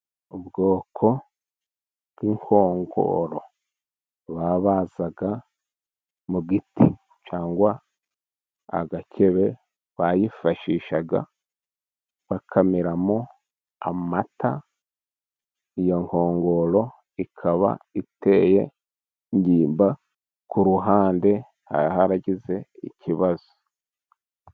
Ubwoko bw'inkongoro babaza mu giti cyangwa agakebe, bayifashisha bakamiramo amata, iyo nkongoro ikaba iteye ingimba ku ruhande, haragize ikibazo.